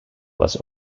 was